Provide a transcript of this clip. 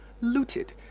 looted